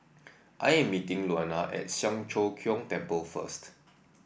I am meeting Luana at Siang Cho Keong Temple first